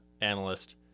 analyst